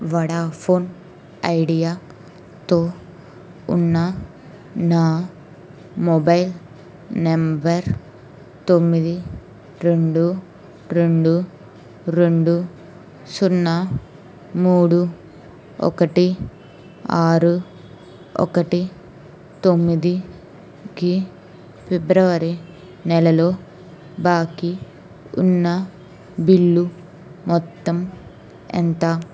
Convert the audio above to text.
Vodafone ఐడియాతో ఉన్న నా మొబైల్ నంబర్ తొమ్మిది రెండు రెండు రెండు సున్నా మూడు ఒకటి ఆరు ఒకటి తొమ్మిదికి ఫిబ్రవరి నెలలో బాకి ఉన్న బిల్లు మొత్తం ఎంత